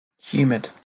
Humid